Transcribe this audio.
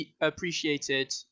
appreciated